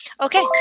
Okay